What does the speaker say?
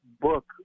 book